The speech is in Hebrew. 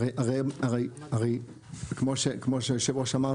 הרי כמו שיושב הראש אמר,